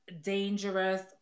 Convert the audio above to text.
dangerous